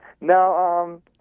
No